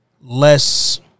less